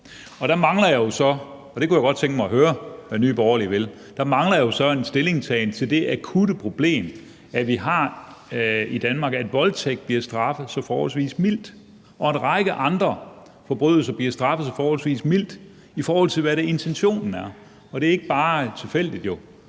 Nye Borgerlige vil – en stillingtagen til det akutte problem, vi har i Danmark, i forhold til at voldtægt bliver straffet så forholdsvis mildt, og at en række andre forbrydelser bliver straffet forholdsvis mildt, i forhold til hvad intentionen er. Og det er ikke bare tilfældigt.